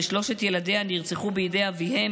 ששלושת ילדיה נרצחו בידי אביהם,